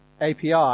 API